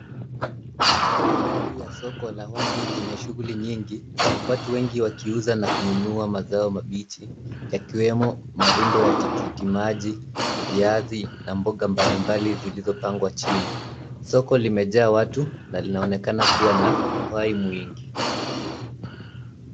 Mandhari ya soko la wazi lenye shughuli nyingi watu wengi wakiuza na kununua mazao mabichi yakiwemo marundo ya tikitiki maji, viazi na mboga mbalimbali zilizopangwa chini. Soko limejaa watu na linaonekana kuwa na uhai mwingi.